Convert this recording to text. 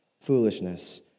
foolishness